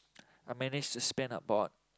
I managed to spend about